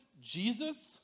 Jesus